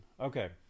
Okay